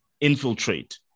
infiltrate